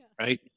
Right